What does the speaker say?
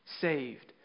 saved